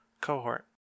cohort